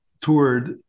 toured